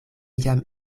jam